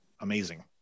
amazing